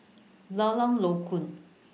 Lorong Low Koon